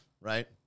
right